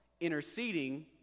interceding